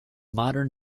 modern